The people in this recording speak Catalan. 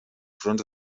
fronts